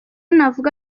navuga